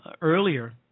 earlier